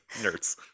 nerds